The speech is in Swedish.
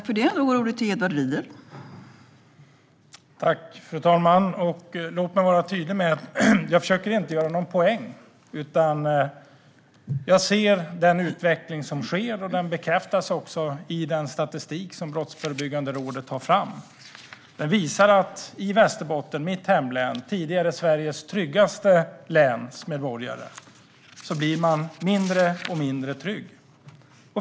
Fru ålderspresident! Låt mig vara tydlig med att jag inte försöker göra någon poäng, utan jag ser den utveckling som sker. Den bekräftas också i den statistik som Brottsförebyggande rådet tagit fram. Den visar att i Västerbotten, mitt hemlän och länet som tidigare hade Sveriges tryggaste medborgare blir man allt mindre trygg.